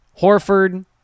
Horford